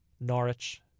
Norwich